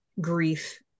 grief